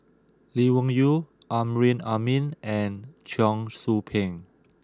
Lee Wung Yew Amrin Amin and Cheong Soo Pieng